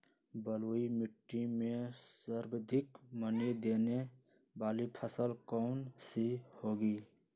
बलुई मिट्टी में सर्वाधिक मनी देने वाली फसल कौन सी होंगी?